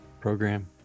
program